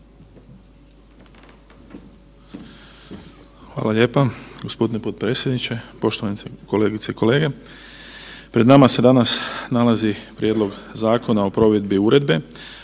Hvala lijepa. Gospodine potpredsjedniče, poštovane kolegice i kolege. Pred nama se nalazi danas Prijedlog zakona o provedbi Uredbe